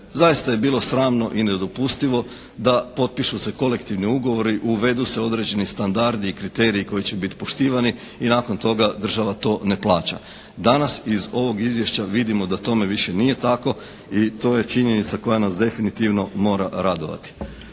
zaista je bilo sramno i nedopustivo da potpišu se kolektivni ugovori, uvedu se određeni standardi i kriteriji koji će biti poštivani i nakon toga država to ne plaća. Danas iz ovog izvješća vidimo da tome više nije tako i to je činjenica koja nas definitivno mora radovati.